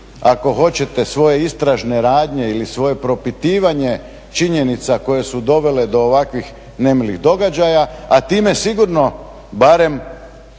ako hoćete svoje istražne radnje ili svoje propitivanje činjenica koje su dovele do ovakvih nemilih događaja, a time sigurno barem